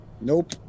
Nope